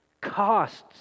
costs